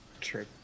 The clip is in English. True